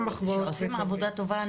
יש להם עוד סרטון,